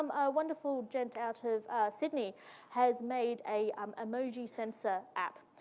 um a wonderful gent out of sydney has made a um emoji sensor app,